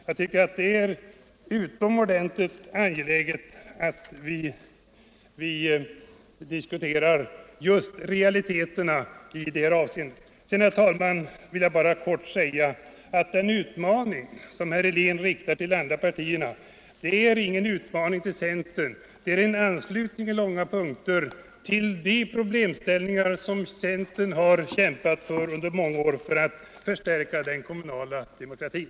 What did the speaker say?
Jag tycker det är utomordentligt angeläget att vi diskuterar realiteter i det här avseendet. Sedan, herr talman, vill jag bara kort säga att den utmaning som herr Helén riktar till de andra partierna inte är någon utmaning till centern utan på många punkter en anslutning till vad centern har kämpat för under många år för att förstärka den kommunala demokratin.